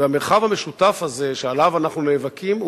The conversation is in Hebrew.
המרחב המשותף הזה שעליו אנחנו נאבקים הוא